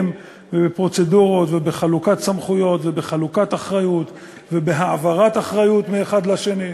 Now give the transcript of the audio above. ובפרוצדורות ובחלוקת סמכויות ובחלוקת אחריות ובהעברת אחריות מאחד לשני,